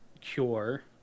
cure